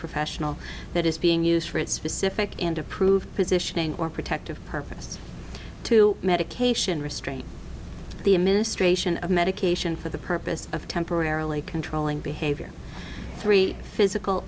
professional that is being used for its specific and approved positioning or protective purpose to medication restrain the administration of medication for the purpose of temporarily controlling behavior three physical